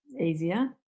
easier